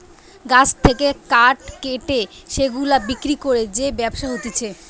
গাছ থেকে কাঠ কেটে সেগুলা বিক্রি করে যে ব্যবসা হতিছে